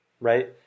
right